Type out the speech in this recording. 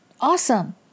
Awesome